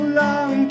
long